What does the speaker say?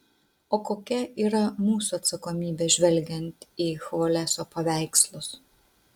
o kokia yra mūsų atsakomybė žvelgiant į chvoleso paveikslus